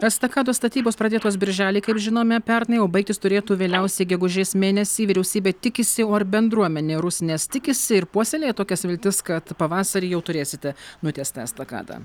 estakados statybos pradėtos birželį kaip žinome pernai o baigtis turėtų vėliausiai gegužės mėnesį vyriausybė tikisi o ar bendruomenė rusnės tikisi ir puoselėja tokias viltis kad pavasarį jau turėsite nutiestą estakadą